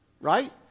right